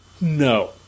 No